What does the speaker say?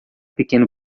pequeno